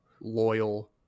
loyal